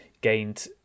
gained